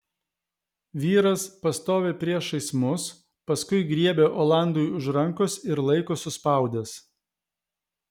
vyras pastovi priešais mus paskui griebia olandui už rankos ir laiko suspaudęs